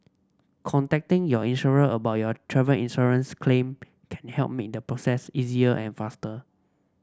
contacting your insurer about your travel insurance claim can help make the process easier and faster